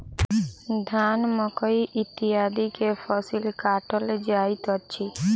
धान, मकई इत्यादि के फसिल काटल जाइत अछि